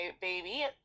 baby